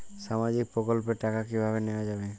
সামাজিক প্রকল্পের টাকা কিভাবে নেওয়া যাবে?